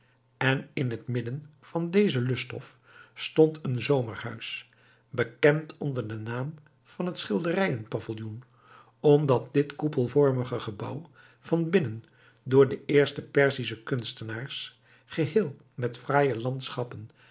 en in het midden van dezen lusthof stond een zomerhuis bekend onder den naam van het schilderijen pavilloen omdat dit koepelvormige gebouw van binnen door de eerste perzische kunstenaars geheel met fraaije landschappen